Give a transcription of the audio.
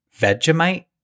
Vegemite